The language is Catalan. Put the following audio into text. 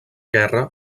guerra